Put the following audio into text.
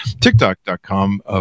tiktok.com